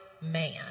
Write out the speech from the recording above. man